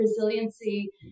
resiliency